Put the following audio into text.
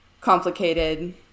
complicated